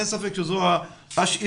אין ספק שזו השאיפה,